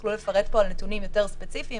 ויוכלו לפרט פה על נתונים יותר ספציפיים,